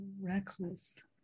reckless